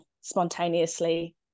spontaneously